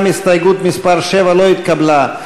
גם הסתייגות מס' 7 לא התקבלה.